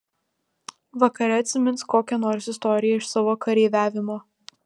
vakare atsimins kokią nors istoriją iš savo kareiviavimo